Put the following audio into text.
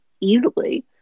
easily